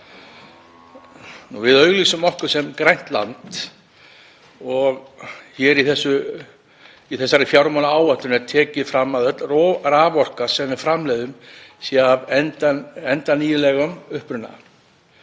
Við auglýsum okkur sem grænt land og í þessari fjármálaáætlun er tekið fram að öll raforka sem við framleiðum sé af endurnýjanlegum uppruna.